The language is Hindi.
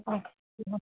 अच्छा